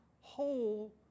whole